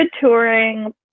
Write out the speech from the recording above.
touring